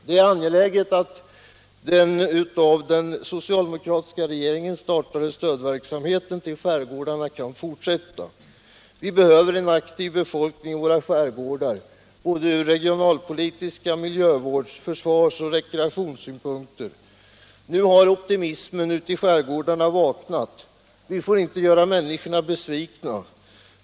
Det är angeläget att den av den socialdemokratiska regeringen startade stödverksamheten till: skärgårdarna kan fortsätta. Vi behöver en aktiv befolkning i våra skärgårdar, såväl ur regionalpolitiska synpunkter som ur miljövårds-, försvars och rekreationssynpunkter. Nu har optimismen ute i skärgårdarna vaknat. Vi får inte göra människorna besvikna.